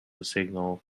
signal